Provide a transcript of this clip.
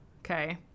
Okay